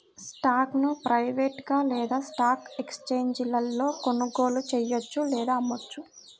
స్టాక్ను ప్రైవేట్గా లేదా స్టాక్ ఎక్స్ఛేంజీలలో కొనుగోలు చెయ్యొచ్చు లేదా అమ్మొచ్చు